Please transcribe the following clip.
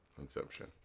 Inception